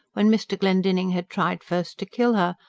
when mr. glendinning had tried first to kill her,